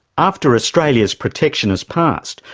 after australia's protectionist past,